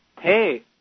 Hey